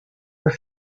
were